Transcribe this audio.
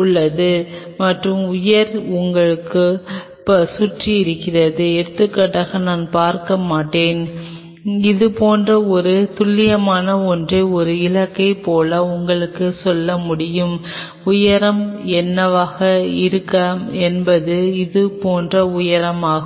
உள்ளது மற்றும் உயரம் உங்களைச் சுற்றி இருக்கும் எடுத்துக்காட்டாக நான் பார்க்க மாட்டேன் இது போன்ற ஒரு துல்லியமான ஒன்றை ஒரு இலக்கத்தைப் போல உங்களுக்குச் சொல்ல முடியும் உயரம் என்னவாக இருக்கும் என்பது இது போன்ற உயரம் ஆகும்